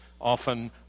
often